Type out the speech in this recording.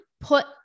put